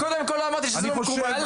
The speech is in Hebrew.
קודם כל לא אמרתי שזה לא מקובל עליי.